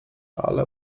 ale